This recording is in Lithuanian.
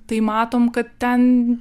tai matom kad ten